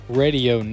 radio